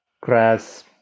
grass